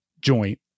joint